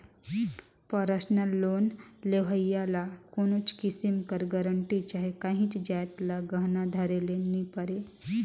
personal loan लेहोइया ल कोनोच किसिम कर गरंटी चहे काहींच जाएत ल गहना धरे ले नी परे